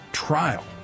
trial